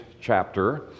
chapter